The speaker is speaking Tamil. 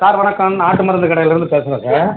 சார் வணக்கம் நாட்டு மருந்துக் கடையிலிருந்து பேசுறேன் சார்